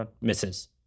misses